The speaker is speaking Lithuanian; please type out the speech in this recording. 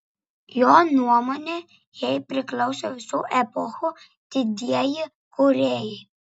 jo nuomone jai priklauso visų epochų didieji kūrėjai